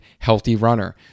HealthyRunner